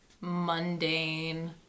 mundane